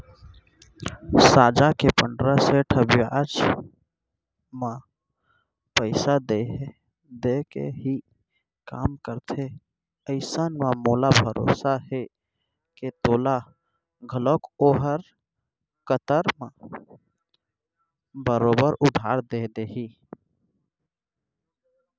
साजा के पंडरा सेठ ह बियाज म पइसा देके ही काम करथे अइसन म मोला भरोसा हे के तोला घलौक ओहर कन्तर म बरोबर उधार दे देही